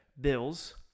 Bills